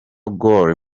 gor